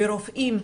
ורופאים,